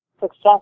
Success